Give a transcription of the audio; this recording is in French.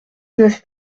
neuf